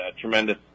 tremendous